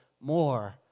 more